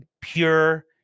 pure